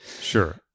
Sure